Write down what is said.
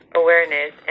awareness